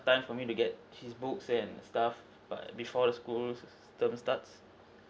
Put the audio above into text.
time for me to get his books and stuff by before the school term starts